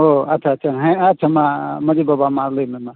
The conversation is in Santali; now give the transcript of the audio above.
ᱚ ᱟᱪᱪᱷᱟ ᱟᱪᱪᱷᱟ ᱦᱮᱸ ᱟᱪᱪᱷᱟ ᱢᱟ ᱢᱟᱺᱡᱷᱤ ᱵᱟᱵᱟ ᱢᱟ ᱞᱟᱹᱭ ᱢᱮ ᱢᱟ